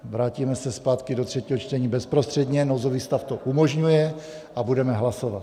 Vrátíme se zpátky do třetího čtení bezprostředně nouzový stav to umožňuje a budeme hlasovat.